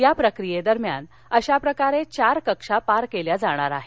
या प्रक्रियेदरम्यान अशा प्रकारे चार कक्षा पार केल्या जाणार आहेत